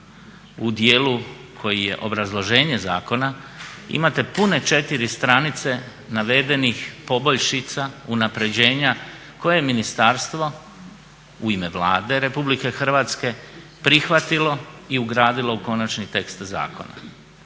u dijelu koji je obrazloženje zakona imate pune 4 stranice navedenih poboljšica, unapređenja koje je ministarstvo u ime Vlade RH prihvatilo i ugradilo u konačni tekst zakona.